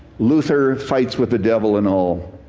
luther fights with the devil and all.